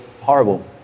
horrible